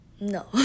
no